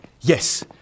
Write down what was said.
Yes